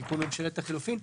תיקון ממשלת החילופים,